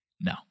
no